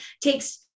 takes